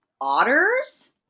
otters